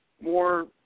more